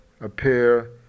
appear